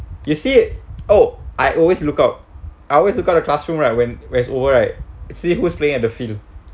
you see it oh I always lookout I always lookout the classroom right when its over right see who's playing at the field